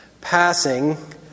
passing